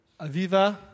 Aviva